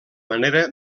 manera